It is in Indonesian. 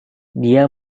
dia